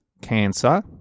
cancer